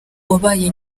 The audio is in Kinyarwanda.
wabaye